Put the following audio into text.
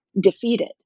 defeated